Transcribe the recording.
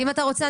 אם אתה רוצה,